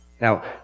Now